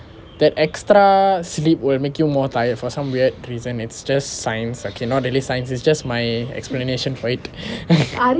that extra sleep will make you more tired for some weird reason it's just science okay not really sciences it's just my explanation for it